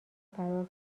فرار